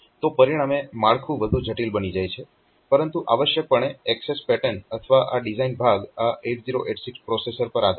તો પરિણામે માળખું વધુ જટિલ બની જાય છે પરંતુ આવશ્યકપણે એક્સેસ પેટર્ન અથવા આ ડિઝાઇન ભાગ આ 8086 પ્રોસેસર પર આધારીત રહે છે